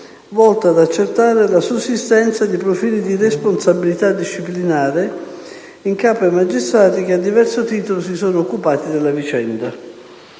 volte ad accertare la sussistenza di profili di responsabilità disciplinare in capo ai magistrati che, a diverso titolo, si sono occupati della vicenda.